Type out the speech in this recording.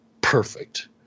Perfect